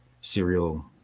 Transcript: serial